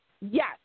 Yes